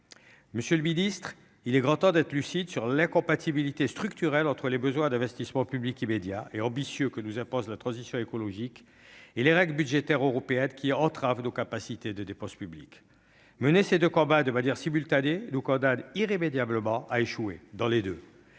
monsieur le ministre, d'être lucide sur l'incompatibilité structurelle entre les besoins d'investissement public immédiats et ambitieux que la transition écologique nous impose et les règles budgétaires européennes, qui entravent nos capacités de dépenses publiques. Mener deux combats de manière simultanée condamne irrémédiablement à échouer dans les deux.